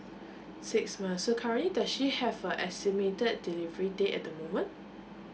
six months so currently does she have a estimated delivery date at the moment